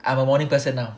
I'm a morning person now